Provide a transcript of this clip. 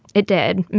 it did.